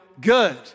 good